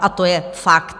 A to je fakt.